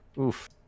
Oof